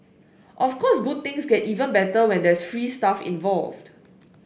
of course good things get even better when there's free stuff involved